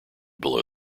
below